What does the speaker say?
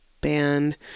band